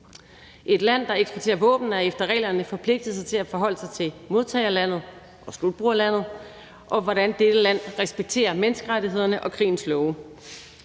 Et land, der eksporterer våben, er efter reglerne forpligtet til at forholde sig til modtagerlandet, eller forbrugerlandet, og til, hvordan dette land respekterer menneskerettighederne og krigens love.